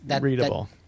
readable